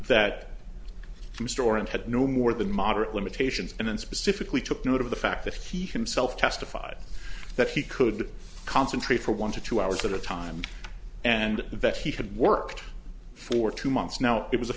that store and had no more than moderate limitations and specifically took note of the fact that he himself testified that he could concentrate for one to two hours at a time and that he had worked for two months now it was a